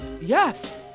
yes